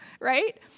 Right